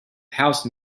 house